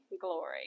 glory